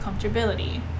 comfortability